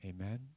Amen